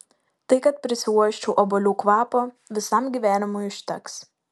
tai kad prisiuosčiau obuolių kvapo visam gyvenimui užteks